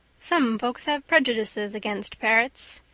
some folks have prejudices against parrots.